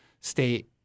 state